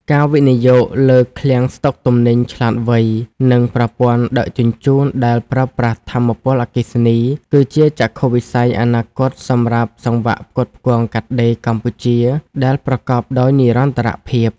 ការវិនិយោគលើឃ្លាំងស្ដុកទំនិញឆ្លាតវៃ និងប្រព័ន្ធដឹកជញ្ជូនដែលប្រើប្រាស់ថាមពលអគ្គិសនី គឺជាចក្ខុវិស័យអនាគតសម្រាប់សង្វាក់ផ្គត់ផ្គង់កាត់ដេរកម្ពុជាដែលប្រកបដោយនិរន្តរភាព។